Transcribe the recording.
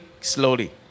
slowly